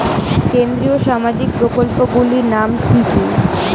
কেন্দ্রীয় সামাজিক প্রকল্পগুলি নাম কি কি?